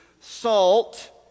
salt